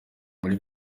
muri